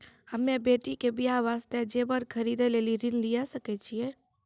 हम्मे बेटी के बियाह वास्ते जेबर खरीदे लेली ऋण लिये सकय छियै?